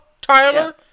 Tyler